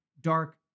dark